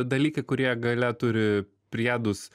dalykai kurie gale turi priedus